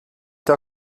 der